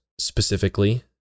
specifically